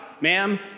ma'am